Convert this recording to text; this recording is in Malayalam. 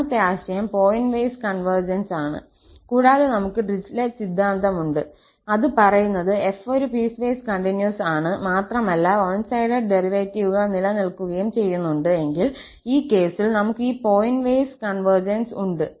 രണ്ടാമത്തെ ആശയം പോയിന്റ് വൈസ് കോൺവെർജൻസ് ആണ് കൂടാതെ നമുക്ക് ഡിറിച്ലെറ്റ് സിദ്ധാന്തം ഉണ്ട് അത് പറയുന്നത് f ഒരു പീസ്വേസ് കണ്ടിന്യൂസ് ആണ് മാത്രമല്ല വൺ സൈഡഡ് ഡെറിവേറ്റീവുകൾ നിലനിൽക്കുകയും ചെയ്യുന്നുണ്ട് എങ്കിൽ ഈ കേസിൽ നമുക്ക് ഈ പോയിന്റ് വൈസ് കോൺവെർജൻസ് ഉണ്ട്